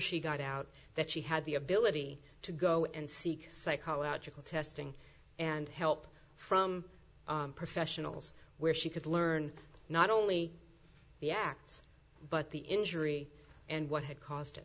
she got out that she had the ability to go and seek psychological testing and help from professionals where she could learn not only the acts but the injury and what had caused